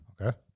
Okay